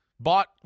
Bought